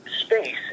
space